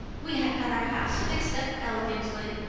we have got our house fixed up elegantly.